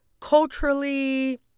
culturally